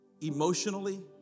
emotionally